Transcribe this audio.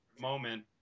moment